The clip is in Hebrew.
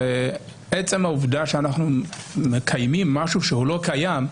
הרי עצם העובדה שאנחנו מקיימים משהו שהוא לא קיים,